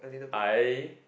I